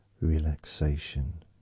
relaxation